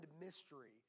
mystery